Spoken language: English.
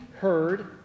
heard